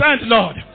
Lord